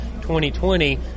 2020